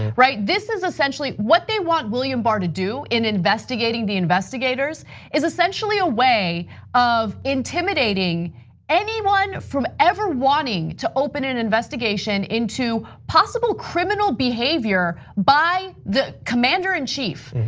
right? this is essentially, what they want william barr to do in investigating the investigators is essentially a way of intimidating anyone from every wanting to open an investigation into possible criminal behavior by the commander and chief.